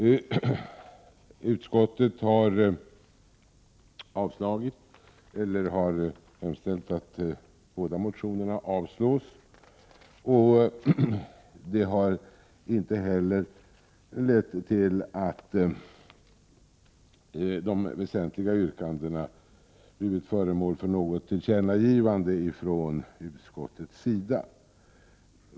Utskottet har hemställt att båda motionerna avslås, och de väsentliga yrkandena har inte heller blivit föremål för något tillkännagivande från utskottets sida.